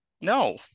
No